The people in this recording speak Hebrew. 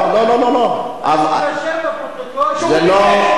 לא, לא, לא, שיירשם בפרוטוקול: ועדת הכספים.